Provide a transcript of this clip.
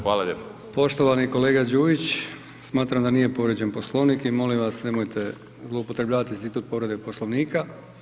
Poštovani kolega Đujić, smatram da nije povrijeđen Poslovnik i molim vas nemojte zloupotrebljavati institut povrede Poslovnika.